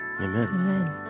Amen